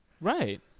Right